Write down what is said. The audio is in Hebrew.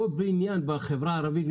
כל בניין בחברה הערבית,